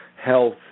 health